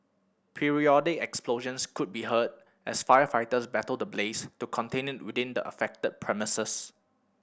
periodic explosions could be heard as firefighters battle the blaze to contain it within the affected premises